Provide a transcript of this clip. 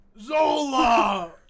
Zola